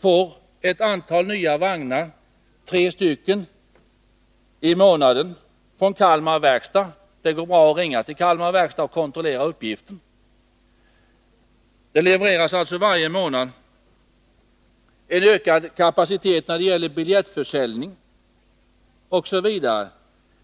får SJ tre nya vagnar i månaden från Kalmar Verkstad — det går bra att ringa dit och kontrollera uppgiften. Det levereras också varje månad utrustning för att öka kapaciteten för biljettförsäljning osv.